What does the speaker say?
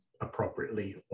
appropriately